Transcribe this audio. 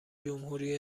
جمهوری